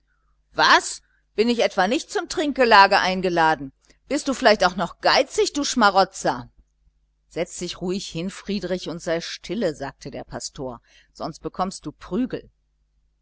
was bin ich etwa nicht zum trinkgelage eingeladen bist du vielleicht auch noch geizig du schmarotzer setz dich nun ruhig hin friedrich und sei stille sagte der pastor sonst bekommst du prügel